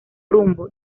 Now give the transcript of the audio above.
rumbo